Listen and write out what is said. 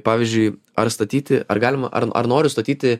pavyzdžiui ar statyti ar galima ar ar noriu statyti